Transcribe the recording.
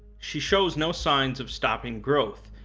she shows no signs of stopping growth,